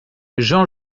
jean